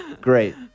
great